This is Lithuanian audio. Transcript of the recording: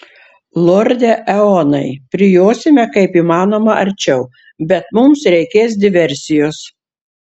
lorde eonai prijosime kaip įmanoma arčiau bet mums reikės diversijos